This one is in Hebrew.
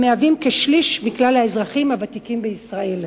שהם כשליש מכלל האזרחים הוותיקים בישראל.